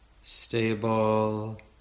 stable